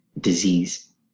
disease